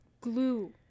glue